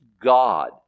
God